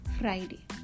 Friday